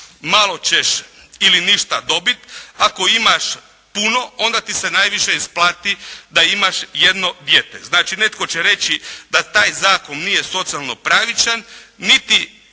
malo ćeš ili ništa dobiti, ako imaš puno onda ti se najviše isplati da imaš jedno dijete. Znači netko će reći da taj zakon nije socijalno pravičan, niti